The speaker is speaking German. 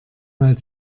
weil